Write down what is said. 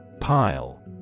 pile